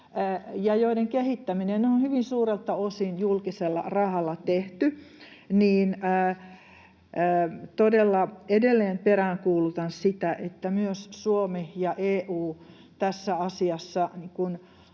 joiden kehittäminen on hyvin suurelta osin julkisella rahalla tehty. Todella edelleen peräänkuulutan sitä, että myös Suomi ja EU tässä asiassa